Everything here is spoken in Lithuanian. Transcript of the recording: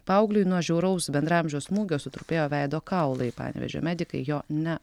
paaugliui nuo žiauraus bendraamžio smūgio sutrupėjo veido kaulai panevėžio medikai jo ne